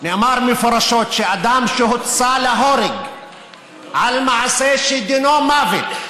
נאמר מפורשות שאדם שהוצא להורג על מעשה שדינו מוות,